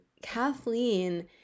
Kathleen